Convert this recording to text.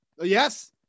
Yes